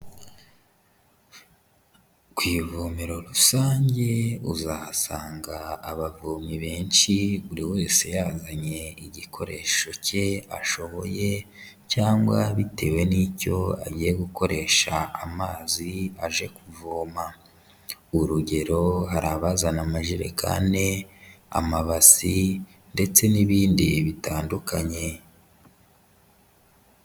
Ku ivomero rusange uzahasanga abavomyi benshi buri wese yazanye igikoresho cye ashoboye cyangwa bitewe n'icyo agiye gukoresha amazi aje kuvoma, urugero hari abazana amajerekane, amabasi ndetse n'ibindi bitandukanye.